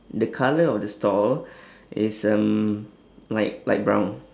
the colour of the stall is um light light brown